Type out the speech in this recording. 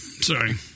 Sorry